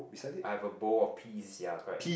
I have a bowl of peas ya correct